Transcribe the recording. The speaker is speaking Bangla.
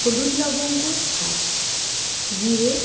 হলুদ লবঙ্গ থাক জিরে